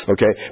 Okay